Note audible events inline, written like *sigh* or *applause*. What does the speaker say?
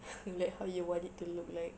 *noise* like how you want it to look like